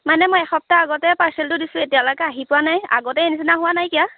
মানে মই এসপ্তাহৰ আগতে পাৰ্চেলটো দিছোঁ এতিয়ালৈকে আহি পোৱা নাই আগতে এই নিচিনা হোৱা নাইকিয়া